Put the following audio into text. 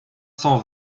cent